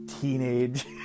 teenage